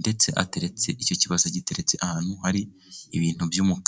ndetse ateretse icyo kibase giteretse ahantu hari ibintu by'umukara.